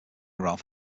ralph